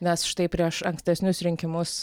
nes štai prieš ankstesnius rinkimus